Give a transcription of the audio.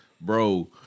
Bro